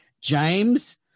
James